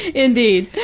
indeed.